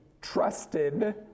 trusted